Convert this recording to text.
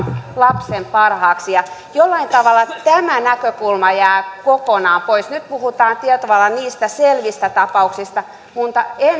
lapsen parhaaksi jollain tavalla tämä näkökulma jää kokonaan pois nyt puhutaan tietyllä tavalla niistä selvistä tapauksista mutta entä